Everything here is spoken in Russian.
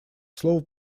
слова